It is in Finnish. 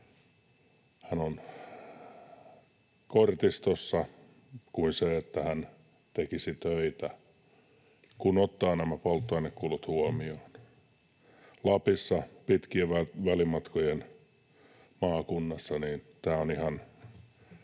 hän on kortistossa kuin jos hän tekisi töitä, kun ottaa nämä polttoainekulut huomioon. Lapissa, pitkien välimatkojen maakunnassa, tämä on ihan